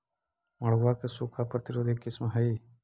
मड़ुआ के सूखा प्रतिरोधी किस्म हई?